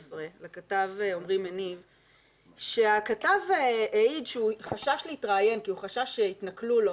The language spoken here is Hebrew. לכתב עמרי מניב שהכתב העיד שהוא חשש להתראיין כי הוא חשש שיתנכלו לו